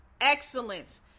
excellence